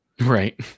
Right